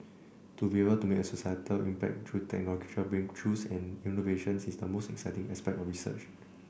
to be able to make a societal impact through technological breakthroughs and innovations is the most exciting aspect of research